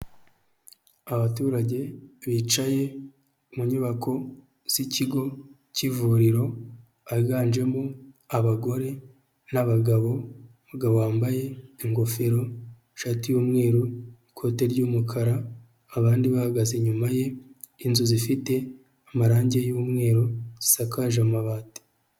Abaturage bicaye mu nyubako z'ikigo cy'ivuriro ahaganjemo abagore n'abagabo, umugabo wambaye ingofero, ishati y'umweru, ikote ry'umukara abandi bahagaze inyuma ye, inzu zifite amarangi y'umweru zisakaje amabati.